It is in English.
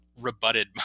rebutted